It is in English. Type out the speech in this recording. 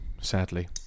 sadly